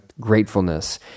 gratefulness